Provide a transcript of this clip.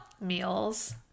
meals